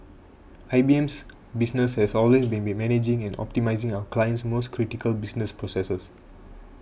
IBM's business has always been managing and optimising our clients most critical business processes